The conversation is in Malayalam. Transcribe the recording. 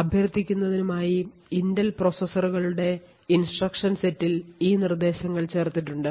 അഭ്യർത്ഥിക്കുന്നതിനുമായി ഇന്റൽ പ്രോസസറുകളുടെ ഇൻസ്ട്രക്ഷൻ സെറ്റിൽ ഈ നിർദ്ദേശങ്ങൾ ചേർത്തിട്ടുണ്ട്